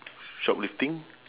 shoplifting